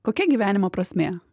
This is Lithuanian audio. kokia gyvenimo prasmė